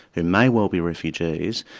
who may well be refugees,